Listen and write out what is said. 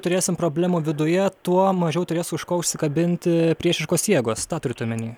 turėsim problemų viduje tuo mažiau turės už ko užsikabinti priešiškos jėgos tą turit omeny